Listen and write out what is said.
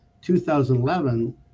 2011